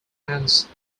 romance